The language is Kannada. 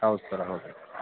ಹೌದ್ ಸರ್ ಹೌದು